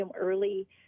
early